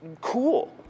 cool